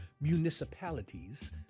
municipalities